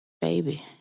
Baby